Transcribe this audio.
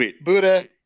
Buddha